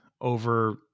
over